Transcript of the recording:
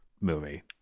movie